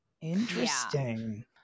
Interesting